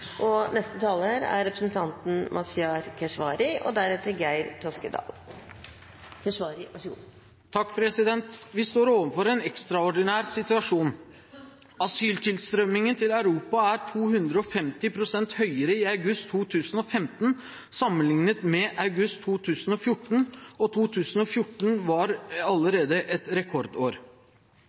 Vi står overfor en ekstraordinær situasjon. Asyltilstrømningen til Europa er 250 pst. høyere i august 2015 sammenlignet med august 2014, og 2014 var allerede et rekordår.